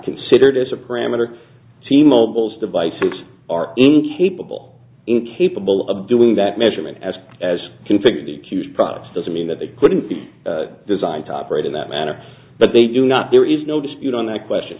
considered as a parameter t mobile's devices are incapable incapable of doing that measurement as as configured the accused product doesn't mean that they couldn't be designed to operate in that manner but they do not there is no dispute on that question